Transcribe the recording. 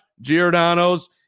Giordano's